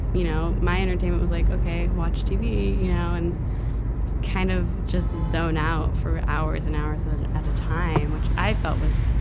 you know, my entertainment was like, okay, watch tv, you know, and kind of just zone out for hours and hours and ah at a time, which i felt was,